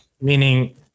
Meaning